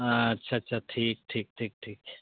ᱟᱪᱪᱷᱟ ᱟᱪᱪᱷᱟ ᱴᱷᱤᱠ ᱴᱷᱤᱠ ᱴᱷᱤᱠ